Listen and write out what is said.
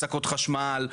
הפסקות חשמל,